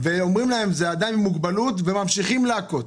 ואומרים להם: זה עדיין מוגבלות וממשיכים להכות.